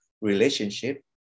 relationship